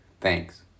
Thanks